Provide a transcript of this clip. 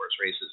races